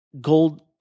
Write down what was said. gold